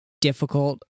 difficult